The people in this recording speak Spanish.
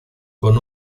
con